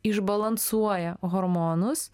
išbalansuoja hormonus